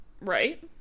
Right